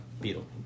beetle